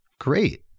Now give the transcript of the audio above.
Great